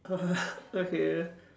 okay